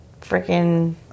freaking